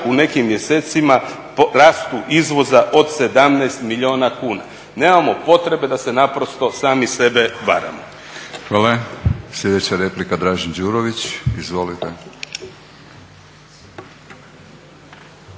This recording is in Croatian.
u nekim mjesecima rastu izvoza od 17 milijuna kuna. Nemamo potrebe da naprosto sami se varamo **Batinić, Milorad (HNS)** Hvala. Sljedeća replika Dražen Đurović. Izvolite.